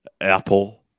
Apple